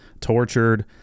tortured